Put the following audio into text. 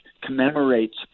commemorates